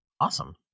Awesome